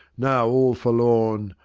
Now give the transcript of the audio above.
now, all forlorn,